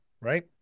right